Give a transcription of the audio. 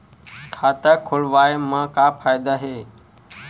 खाता खोलवाए मा का फायदा हे